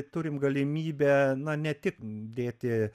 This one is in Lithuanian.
turim galimybę na ne tik dėti